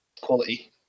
quality